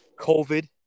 COVID